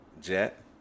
jet